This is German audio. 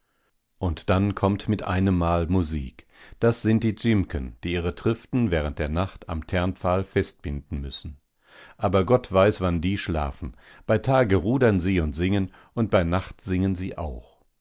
und dann kommt mit einemmal musik das sind die dzimken die ihre triften während der nacht am ternpfahl festbinden müssen aber gott weiß wann die schlafen bei tage rudern sie und singen und bei nacht singen sie auch